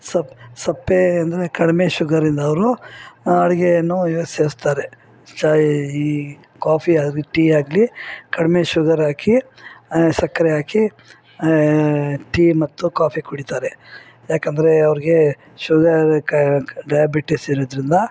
ಸಪ್ಪೆ ಸಪ್ಪೆ ಅಂದರೆ ಕಡಿಮೆ ಶುಗರಿಂದ ಅವರು ಅಡಿಗೆಯನ್ನುಇವಾಗ ಸೇವಿಸ್ತಾರೆ ಸಹ ಈ ಕಾಫಿ ಆಗಲಿ ಟೀ ಆಗಲಿ ಕಡಿಮೆ ಶುಗರಾಕಿ ಸಕ್ಕರೆ ಹಾಕಿ ಟೀ ಮತ್ತು ಕಾಫಿ ಕುಡಿತಾರೆ ಯಾಕಂದರೆ ಅವ್ರಿಗೆ ಶುಗರ್ ಕ ಡಯಾಬಿಟೀಸ್ ಇರೋದ್ರಿಂದ